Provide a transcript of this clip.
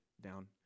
down